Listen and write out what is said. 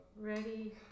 Ready